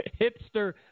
Hipster